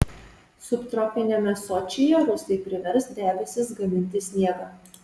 subtropiniame sočyje rusai privers debesis gaminti sniegą